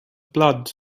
blood